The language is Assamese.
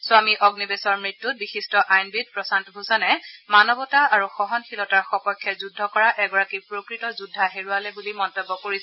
স্বামী অগ্নিৱেশৰ মৃত্যুত বিশিষ্ট আইনবিদ প্ৰশান্ত ভূষনে মানৱতা আৰু সহনশীলতাৰ সপক্ষে যুদ্ধ কৰা এগৰাকী প্ৰকৃত যোদ্ধা হেৰুৱালে বুলি মন্তব্য কৰিছে